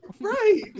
Right